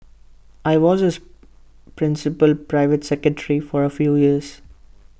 I was his principal private secretary for A few years